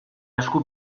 esku